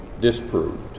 disproved